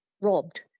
robbed